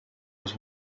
was